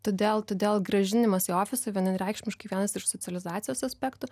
todėl todėl grąžinimas į ofisą vienareikšmiškai vienas iš socializacijos aspektų